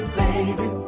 baby